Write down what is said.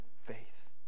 faith